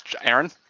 Aaron